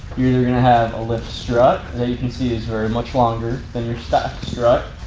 you're either gonna have a lift strut, that you can see is very much longer than your stacked strut,